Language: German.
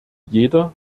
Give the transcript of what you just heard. jeder